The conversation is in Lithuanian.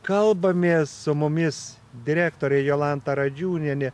kalbamės su mumis direktorė jolanta radžiūnienė